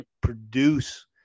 produce